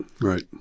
Right